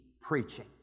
preaching